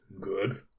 good